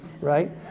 right